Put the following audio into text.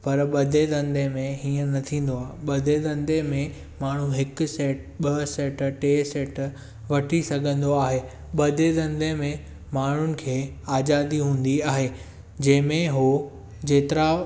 पर ॿधे धंदे में हीअं न थींदो आ ॿधे धंदे में माण्हू हिकु सेट ॿ सेट टे सेट वठी सघंदो आहे ॿधे धंदे में माण्हुनि खे आज़ादी हूंदी आहे जंहिं में हू जेतिरा